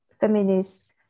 feminist